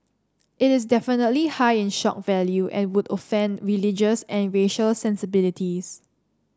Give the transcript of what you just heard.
it is definitely high in shock value and would offend religious and racial sensibilities